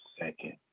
second